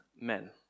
men